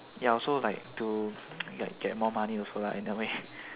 ya also like to ya get more money also lah in a way